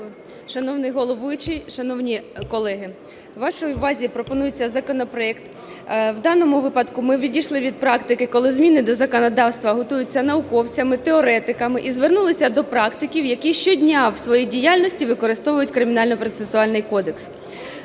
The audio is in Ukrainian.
Шановний головуючий, шановні колеги, вашій увазі пропонується законопроект. В даному випадку ми відійшли від практики, коли зміни до законодавства готуються науковцями, теоретиками, і звернулися до практиків, які щодня в своїй діяльності використовують Кримінально-процесуальний кодекс.